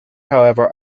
however